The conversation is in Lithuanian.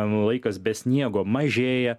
laikas be sniego mažėja